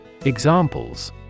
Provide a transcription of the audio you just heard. Examples